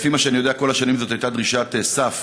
לפי מה שאני יודע, כל השנים זו הייתה דרישת סף